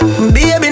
Baby